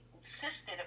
insisted